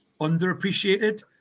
underappreciated